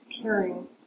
caring